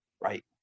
right